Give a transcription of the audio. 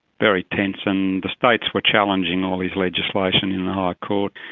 very tense. and the states were challenging all his legislation in the high court,